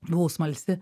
buvau smalsi